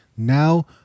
now